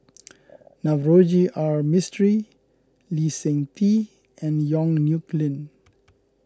Navroji R Mistri Lee Seng Tee and Yong Nyuk Lin